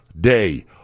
day